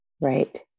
Right